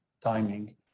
timing